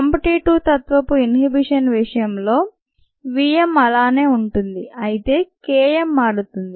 competitive తత్వపు inhibition విషయంలో V m అలానే ఉంటుంది అయితే K m మారుతుంది